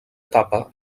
etapa